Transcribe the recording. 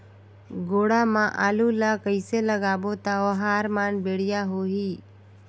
गोडा मा आलू ला कइसे लगाबो ता ओहार मान बेडिया होही?